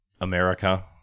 America